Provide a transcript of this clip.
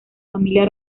familia